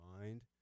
Mind